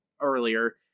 earlier